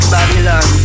Babylon